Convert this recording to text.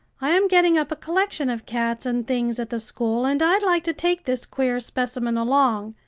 i am getting up a collection of cats and things at the school, and i'd like to take this queer specimen along.